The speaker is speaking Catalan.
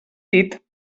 dit